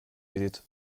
edith